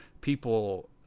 people